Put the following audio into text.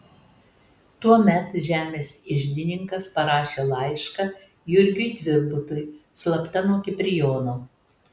tuomet žemės iždininkas parašė laišką jurgiui tvirbutui slapta nuo kiprijono